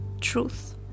truth